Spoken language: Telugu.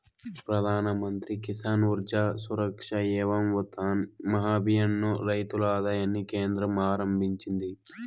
ప్రధాన్ మంత్రి కిసాన్ ఊర్జా సురక్ష ఏవం ఉత్థాన్ మహాభియాన్ ను రైతుల ఆదాయాన్ని కేంద్రం ఆరంభించింది